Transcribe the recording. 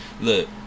look